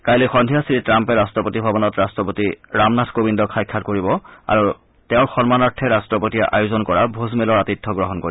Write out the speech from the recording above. কাইলৈ সন্ধিয়া শ্ৰীট্য়াম্পে ৰাট্টপতি ভৱনত ৰাট্টপতি ৰামনাথ কোবিন্দক সাক্ষাৎ কৰিব আৰু তেওঁৰ সন্মানাৰ্থে ৰাট্টপতিয়ে আয়োজন কৰা ভোজমেলৰ আতিথ্য গ্ৰহণ কৰিব